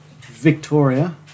Victoria